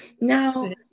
now